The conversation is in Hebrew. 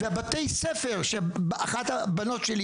ובתי הספר שאחת הבנות שלי,